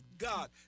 God